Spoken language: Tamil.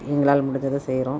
எங்களால் முடிஞ்சதை செய்கிறோம்